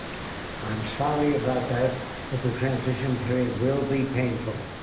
i'm sorry about that, but the transition period will be painful.